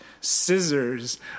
scissors